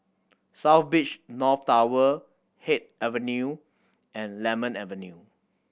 South Beach North Tower Haig Avenue and Lemon Avenue